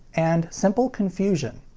and simple confusion.